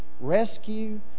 rescue